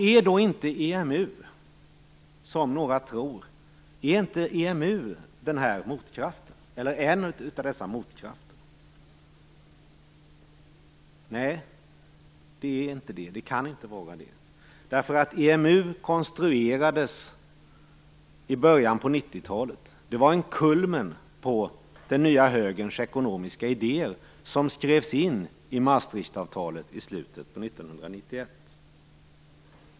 Är då inte EMU, som några tror, en av motkrafterna? Nej, det är det inte, det kan det inte vara därför att EMU konstruerades i början av 1990-talet. Det var en kulmen på den nya högerns ekonomiska idéer som skrevs in i Maastrichtavtalet i slutet av 1991.